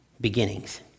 beginnings